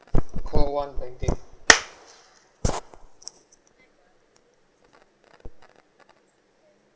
call one banking